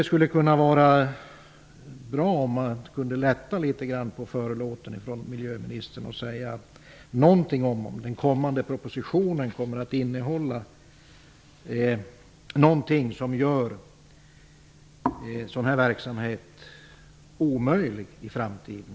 Det skulle vara bra om miljöministern kunde lätta litet på förlåten och säga någonting om huruvida den kommande propositionen innehåller förslag som skulle göra sådan här verksamhet omöjlig i framtiden.